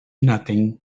nothing